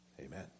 Amen